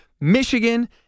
Michigan